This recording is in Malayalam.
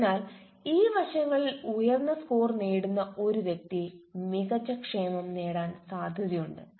അതിനാൽ ഈ വശങ്ങളിൽ ഉയർന്ന സ്കോർ നേടുന്ന ഒരു വ്യക്തി മികച്ച ക്ഷേമം നേടാൻ സാധ്യതയുണ്ട്